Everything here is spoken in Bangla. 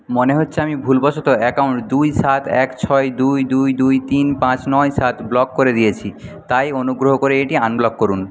মনে হচ্ছে আমি ভুলবশত অ্যাকাউন্ট দুই সাত এক ছয় দুই দুই দুই তিন পাঁচ নয় সাত ব্লক করে দিয়েছি তাই অনুগ্রহ করে এটি আনব্লক করুন